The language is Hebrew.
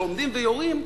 שעומדים ויורים,